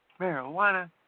marijuana